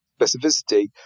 specificity